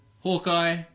Hawkeye